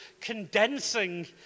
condensing